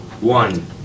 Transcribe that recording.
One